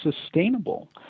sustainable